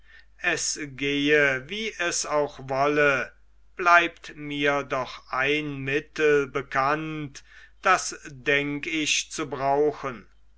es gehe wie es auch wolle bleibt mir doch ein mittel bekannt das denk ich zu brauchen